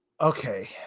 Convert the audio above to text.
Okay